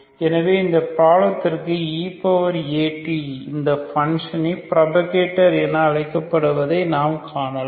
எனவே இந்த பிராப்ளத்திர்க்கு eAt இந்த பன்ஷன் புரோபகேட்டார் என அழைக்கப்படுவதை நாம் காணலாம்